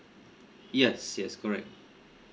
yes yes correct